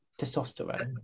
testosterone